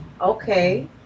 Okay